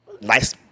nice